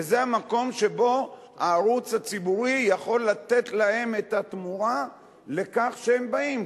וזה המקום שבו הערוץ הציבורי יכול לתת להם את התמורה על כך שהם באים,